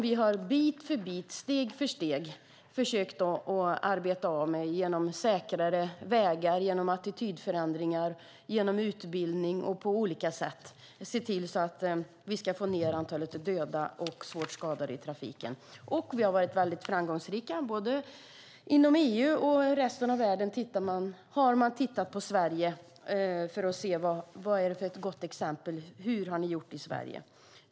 Vi har bit för bit, steg för steg försökt att arbeta mot den genom säkrare vägar, attitydförändringar, utbildning och på olika sätt se till att vi ska få ned antalet döda och svårt skadade i trafiken. Vi har varit väldigt framgångsrika. Både inom EU och i resten av världen har man tittat på Sverige för att se på det goda exemplet och frågat: Hur har ni gjort i Sverige?